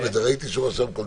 ראיתי שהוא רשם את זה.